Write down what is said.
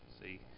See